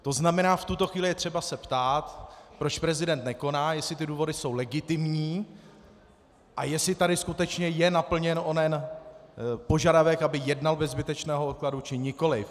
To znamená, v tuto chvíli je třeba se ptát, proč prezident nekoná, jestli ty důvody jsou legitimní a jestli tady skutečně je naplněn onen požadavek, aby jednal bez zbytečného odkladu, či nikoliv.